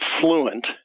fluent